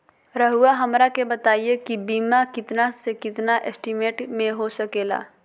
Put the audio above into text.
रहुआ हमरा के बताइए के बीमा कितना से कितना एस्टीमेट में हो सके ला?